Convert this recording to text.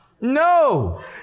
No